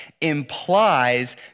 implies